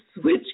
switch